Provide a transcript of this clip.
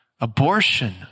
abortion